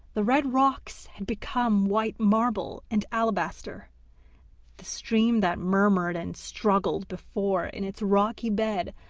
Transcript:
the red rocks had become white marble and alabaster the stream that murmured and struggled before in its rocky bed,